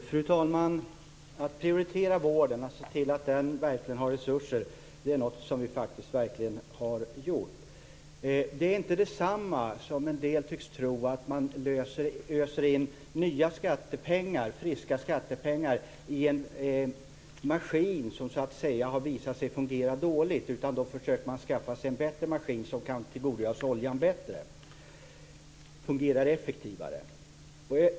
Fru talman! Att prioritera vården och se till att den har resurser är faktiskt något som vi verkligen har gjort. Det är inte detsamma, som en del tycks tro, som att man öser in nya, friska skattepengar i en maskin som så att säga har visat sig fungera dåligt. Då försöker man skaffa sig en bättre maskin som kan tillgodogöra sig oljan bättre, som fungerar effektivare.